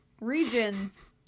Regions